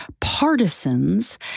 partisans